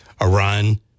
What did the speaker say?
Iran